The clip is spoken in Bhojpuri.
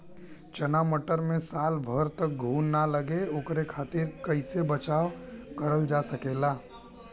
चना मटर मे साल भर तक घून ना लगे ओकरे खातीर कइसे बचाव करल जा सकेला?